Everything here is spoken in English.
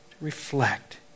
Reflect